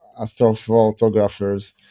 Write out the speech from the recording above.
Astrophotographers